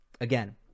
Again